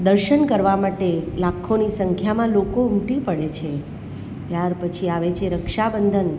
દર્શન કરવા માટે લાખોની સંખ્યામાં લોકો ઉમટી પડે છે ત્યાર પછી આવે છે રક્ષાબંધન